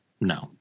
No